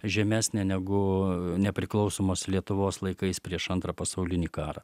žemesnė negu nepriklausomos lietuvos laikais prieš antrą pasaulinį karą